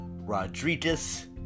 Rodriguez